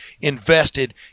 invested